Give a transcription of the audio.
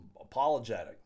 apologetic